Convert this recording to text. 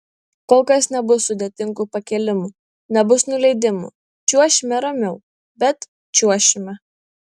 kol kas nebus sudėtingų pakėlimų nebus nuleidimų čiuošime ramiau bet čiuošime